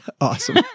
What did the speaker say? awesome